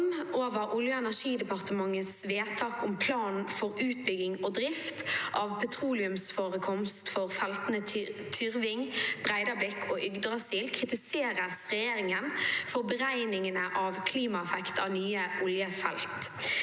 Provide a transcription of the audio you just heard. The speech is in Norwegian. dom over Olje- og energidepartementets vedtak om plan for utbygging og drift av petroleumsforekomst for feltene Tyrving, Breidablikk og Yggdrasil kritiseres regjeringen for beregningene av klimaeffekt av nye oljefelt.